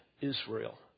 Israel